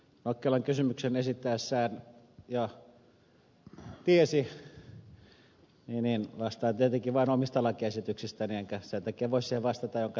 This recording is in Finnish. saarinen nokkelan kysymyksen esittäessään jo tiesi vastaan tietenkin vain omista lakiesityksistäni enkä sen takia voi siihen vastata minkä toki jo tiesitte